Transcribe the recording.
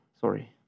Sorry